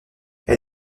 elle